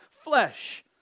flesh